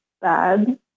bad